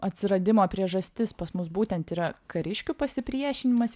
atsiradimo priežastis pas mus būtent yra kariškių pasipriešinimas